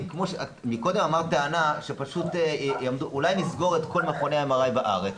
מקודם אמרת טענה שפשוט אולי נסגור את כל מכוני ה-MRI בארץ,